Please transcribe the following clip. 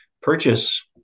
purchase